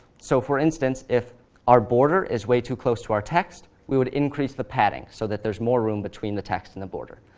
so, for instance, if our border is way too close to our text, we would increase the padding so that there's more room between the text and the border.